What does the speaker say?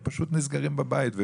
הם פשוט נסגרים בבית.